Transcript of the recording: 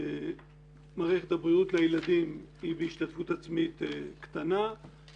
מערכת הבריאות לילדים היא בהשתתפות עצמית קטנה,